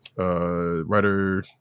Writer